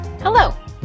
Hello